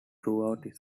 throughout